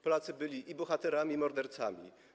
Polacy byli i bohaterami, i mordercami.